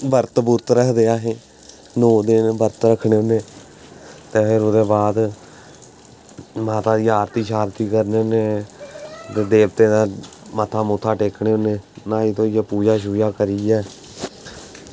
बरत रक्खदे अस नौ देवियें दे बरत रक्खने ते ओह्दे बाद माता दी आरती करने होन्ने ते देवतें दे मत्था टेकने होन्ने नौ देवियें पूजा करियै